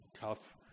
tough